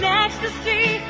ecstasy